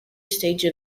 stage